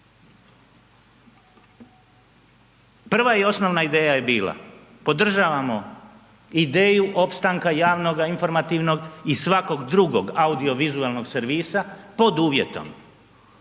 Prva i osnovna ideja je bila podržavamo ideju opstanka javnog informativnog i svakog drugog audiovizualnog servisa pod uvjetom